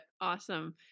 Awesome